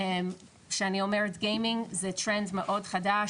שאני אומרת גיימינג זה טרנד מאוד חדש,